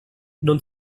non